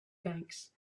banks